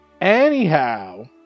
anyhow